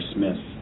Smith